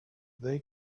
they